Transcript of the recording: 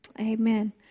Amen